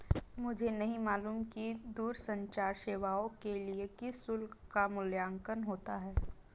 मुझे नहीं मालूम कि दूरसंचार सेवाओं के लिए किस शुल्क का मूल्यांकन होता है?